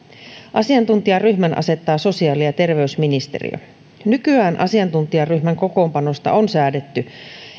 asiantuntijaryhmän asettaa sosiaali ja terveysministeriö nykyään asiantuntijaryhmän kokoonpanosta on säädetty